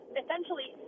essentially